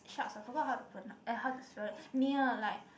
shucks I forgot how to pronounce eh how to spell it [nia] like